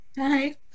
Hi